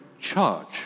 charge